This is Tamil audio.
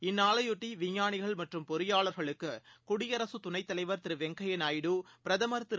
இந்நாளையொட்டி விஞ்ஞானிகள் மற்றும் பொறியாளா்களுக்கு குடியரசுத் துணைத்தலைவா் திரு வெங்கய்யாநாயுடு பிரதமர் திரு